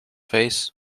face